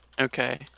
Okay